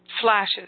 flashes